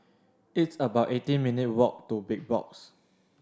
it's about eighteen minute' walk to Big Box